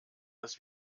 das